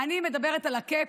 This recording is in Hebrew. אני מדברת על ה-cap,